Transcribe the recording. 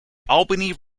albany